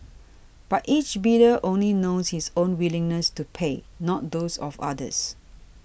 but each bidder only knows his own willingness to pay not those of others